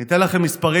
אני אתן לכם מספרים,